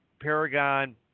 Paragon